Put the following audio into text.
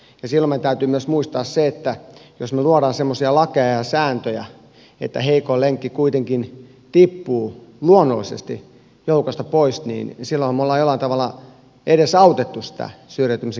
silloin meidän täytyy myös muistaa että jos me luomme semmoisia lakeja ja sääntöjä että heikoin lenkki kuitenkin tippuu luonnollisesti joukosta pois niin silloinhan me olemme jollain tavalla edesauttaneet syrjäytymisen kehitystä